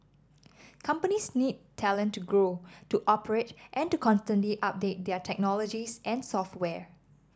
companies need talent to grow to operate and to constantly update their technologies and software